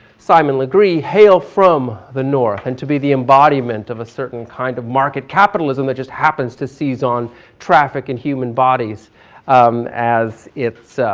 simon lagree, hailed from the north and to be the embodiment of a certain kind of market capitalism that just happens to seize seize on trafficking human bodies as it's,